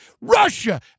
Russia